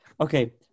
okay